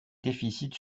déficits